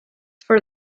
for